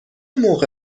موقع